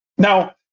Now